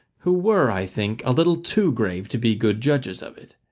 who were, i think, a little too grave to be good judges of it.